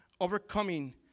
overcoming